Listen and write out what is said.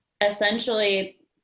essentially